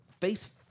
face